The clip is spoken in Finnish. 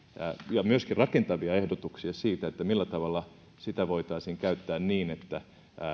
ja myöskin rakentavia ehdotuksia siitä millä tavalla sitä voitaisiin käyttää niin että